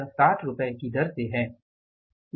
यह 60 रुपये की दर पर है